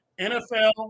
NFL